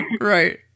right